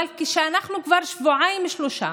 אבל כשאנחנו כבר שבועיים-שלושה